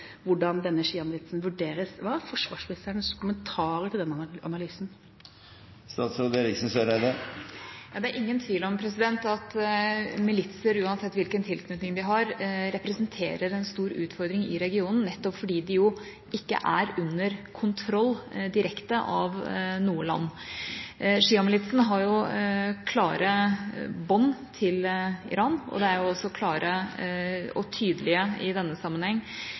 hvordan denne sjiamilitsen vurderes. Hva er forsvarsministerens kommentarer til denne analysen? Det er ingen tvil om at militser, uansett hvilken tilknytning de har, representerer en stor utfordring i regionen, nettopp fordi de ikke er under direkte kontroll av noe land. Sjiamilitsen har klare bånd til Iran, og de er også klare og tydelige i denne sammenheng,